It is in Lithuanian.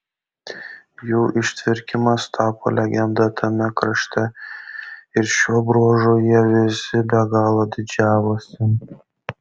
jų ištvirkimas tapo legenda tame krašte ir šiuo bruožu jie visi be galo didžiavosi